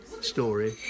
story